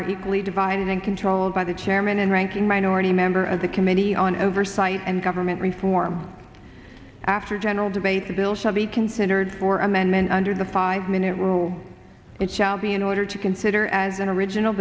hour equally divided and controlled by the chairman and ranking minority member of the committee on oversight and government reform after general debate the bill shall be considered for amendment under the five minute rule it shall be in order to consider as an original